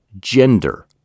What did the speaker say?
gender